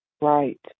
Right